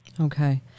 Okay